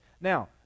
Now